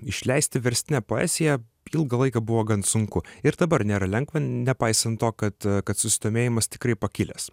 išleisti verstinę poeziją ilgą laiką buvo gan sunku ir dabar nėra lengva nepaisant to kad kad susidomėjimas tikrai pakilęs